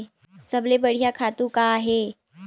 सबले बढ़िया खातु का हे?